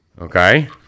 Okay